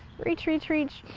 reach reach reach,